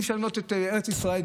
אי-אפשר לבנות את ארץ ישראל,